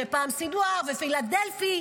ופעם סנוואר ופילדלפי,